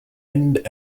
end